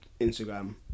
instagram